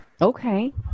Okay